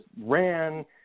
ran